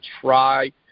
try